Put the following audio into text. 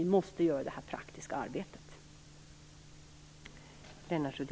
Vi måste göra det praktiska arbetet.